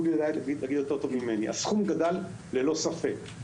הסכום גדל ללא ספק.